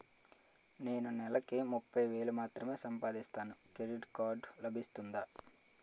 నేను నెల కి ముప్పై వేలు మాత్రమే సంపాదిస్తాను క్రెడిట్ కార్డ్ లభిస్తుందా?